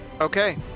Okay